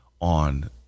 on